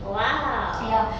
!wow!